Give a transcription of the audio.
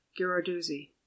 Girarduzzi